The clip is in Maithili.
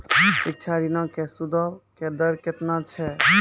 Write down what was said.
शिक्षा ऋणो के सूदो के दर केतना छै?